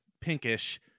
pinkish